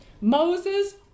Moses